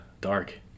Dark